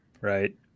Right